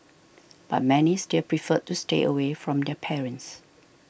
but many still preferred to stay away from their parents